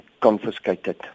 Confiscated